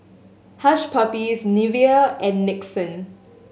Hush Puppies Nivea and Nixon